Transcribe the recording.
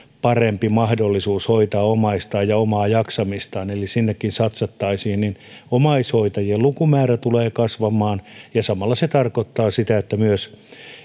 parempi mahdollisuus hoitaa omaistaan ja omaa jaksamistaan eli sinnekin satsattaisiin niin omaishoitajien lukumäärä tulee kasvamaan ja samalla se tarkoittaa sitä että myös